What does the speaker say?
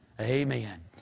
Amen